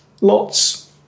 lots